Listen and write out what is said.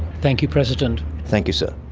thank you president. thank you sir.